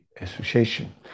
association